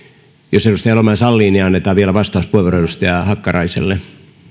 jos edustaja elomaa sallii niin annetaan vielä vastauspuheenvuoro edustaja hakkaraiselle